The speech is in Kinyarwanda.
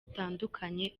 butandukanye